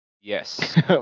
Yes